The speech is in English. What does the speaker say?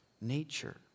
Nature